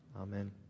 amen